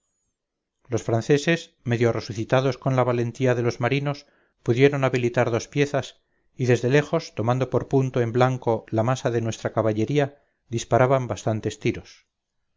los franceses medio resucitados con la valentía de los marinos pudieron habilitar dos piezas y desde lejos tomando por punto en blanco la masa de nuestra caballería disparaban bastantes tiros